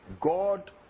God